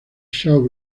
shaw